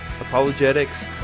apologetics